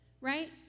right